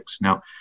Now